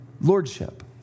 Lordship